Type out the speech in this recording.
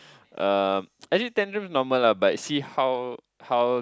um actually tantrums normal lah but see how how